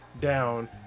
down